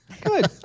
Good